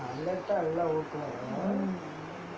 mm